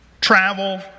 travel